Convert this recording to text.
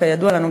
כידוע לנו,